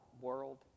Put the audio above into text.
world